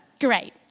Great